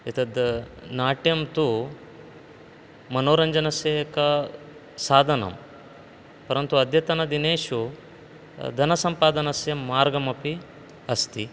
एतद् नाट्यं तु मनोरञ्जनस्य एका साधनम् परन्तु अध्यतनदिनेषु धनसम्पादनस्य मार्गमपि अस्ति